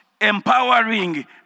empowering